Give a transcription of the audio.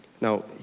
Now